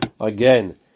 again